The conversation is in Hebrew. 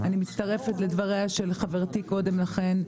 אני מצטרפת לדברי של חברתי קודם לכן.